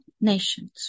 nations